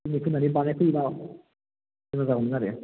दिनै फैनानै बानायफैबा मोजां जागौमोन आरो